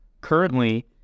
currently